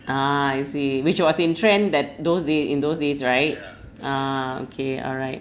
ah I see which was in trend that those day in those days right ah okay alright